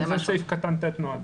לזה נועד סעיף קטן (ט).